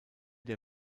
der